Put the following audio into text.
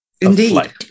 Indeed